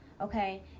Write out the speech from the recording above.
okay